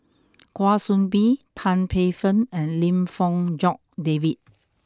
Kwa Soon Bee Tan Paey Fern and Lim Fong Jock David